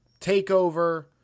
TakeOver